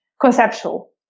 conceptual